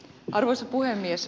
arvoisa puhemies